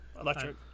Electric